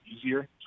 easier